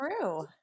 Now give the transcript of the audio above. true